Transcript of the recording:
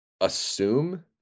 assume